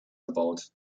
erbaut